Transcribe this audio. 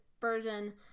version